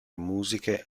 musiche